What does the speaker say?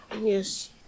Yes